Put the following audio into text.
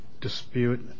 dispute